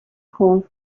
called